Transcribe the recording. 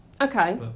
Okay